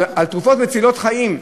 על תרופות מצילות חיים,